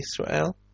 Israel